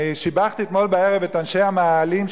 שיבחתי אתמול בערב את אנשי המאהלים,